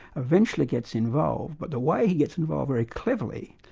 eventually gets involved, but the way he gets involved very cleverly,